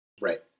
Right